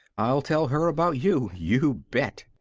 i'll tell her about you, you bet.